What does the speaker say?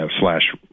slash